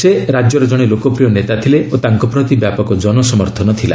ସେ ରାଜ୍ୟର ଜଣେ ଲୋକପ୍ରିୟ ନେତା ଥିଲେ ଓ ତାଙ୍କ ପ୍ରତି ବ୍ୟାପକ ଜନ ସମର୍ଥନ ଥିଲା